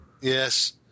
Yes